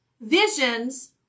Visions